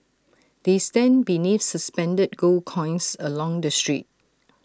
they stand beneath suspended gold coins along the street